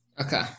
Okay